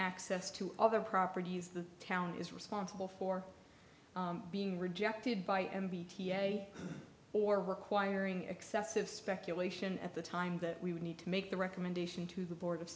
access to other properties the town is responsible for being rejected by m b t n a or requiring excessive speculation at the time that we would need to make the recommendation to the board of